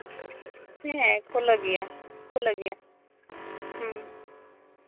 ᱦᱮᱸ ᱠᱷᱩᱞᱟᱹᱣ ᱜᱮᱭᱟ ᱠᱷᱩᱞᱟᱹᱣ ᱜᱮᱭᱟ ᱦᱮᱸ